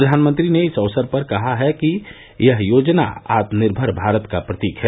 प्रधानमंत्री ने इस अवसर पर कहा है कि यह योजना आत्मनिर्मर भारत का प्रतीक है